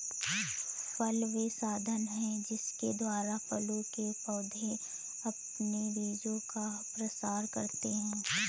फल वे साधन हैं जिनके द्वारा फूलों के पौधे अपने बीजों का प्रसार करते हैं